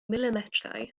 milimetrau